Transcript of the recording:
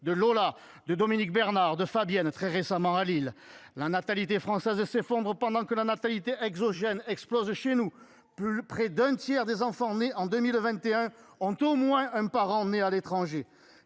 de Lola, de Dominique Bernard, de Fabienne, très récemment à Lille. La natalité française s’effondre pendant que la natalité exogène explose chez nous ! Près d’un tiers des enfants nés en 2021 ont au moins un parent né à l’étranger.